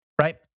right